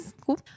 Cool